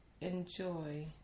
enjoy